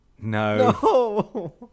No